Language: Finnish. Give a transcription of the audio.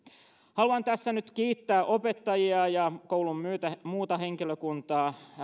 haluan tässä nyt kiittää opettajia ja koulun muuta henkilökuntaa